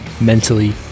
mentally